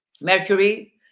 Mercury